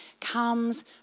comes